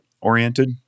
oriented